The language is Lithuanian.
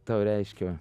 tau reiškia